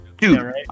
Dude